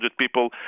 people